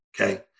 okay